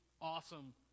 awesome